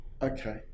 Okay